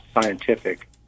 scientific